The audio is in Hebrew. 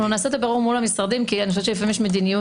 אנחנו נעשה את הבירור עם המשרדים כי לפעמים יש מדיניות